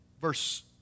verse